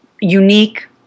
unique